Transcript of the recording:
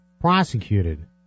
prosecuted